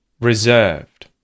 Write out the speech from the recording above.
reserved